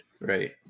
Right